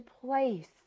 place